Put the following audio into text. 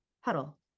huddle